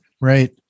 Right